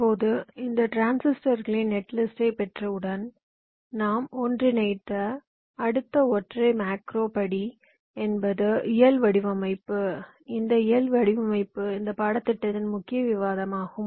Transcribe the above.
இப்போது இந்த டிரான்சிஸ்டர்களின் நெட்லிஸ்ட்டை பெற்றவுடன் நாம் ஒன்றிணைத்த அடுத்த ஒற்றை மேக்ரோ படி என்பது இயல் வடிவமைப்பு இந்த இயல் வடிவமைப்பு இந்த பாடத்திட்டத்தின் முக்கிய விவாதமாகும்